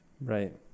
Right